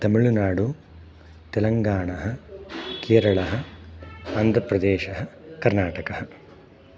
तमिलुनाडु तेलङ्गाणा केरलः आन्ध्रप्रदेशः कर्णाटकः